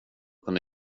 kunde